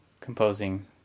composing